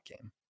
game